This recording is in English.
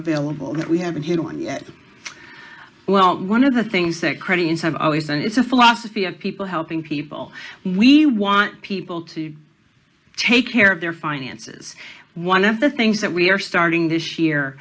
available that we haven't hit on yet well one of the things that credit inside always and it's a philosophy of people helping people we want people to take care of their finances one of the things that we are starting this year